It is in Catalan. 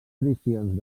edicions